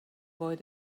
boy